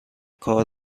کارت